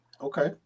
okay